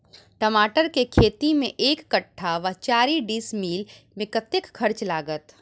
टमाटर केँ खेती मे एक कट्ठा वा चारि डीसमील मे कतेक खर्च लागत?